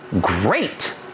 great